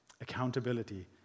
Accountability